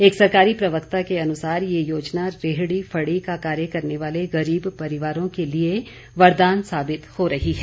एक सरकारी प्रवक्ता के अनुसार ये योजना रेहड़ी फड़ी का कार्य करने वाले गरीब परिवारों के लिए वरदान साबित हो रही है